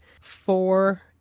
four